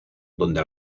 donde